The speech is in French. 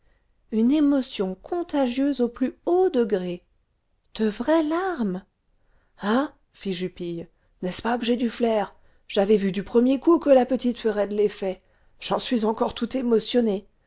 une émotion contagieuse au plus haut degré de vraies larmes hein fit jupille n'est-ce pas que j'ai du flair j'avais vu du premier coup que la petite ferait de l'effet j'en suis encore tout émotionné